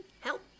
help